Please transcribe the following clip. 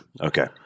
Okay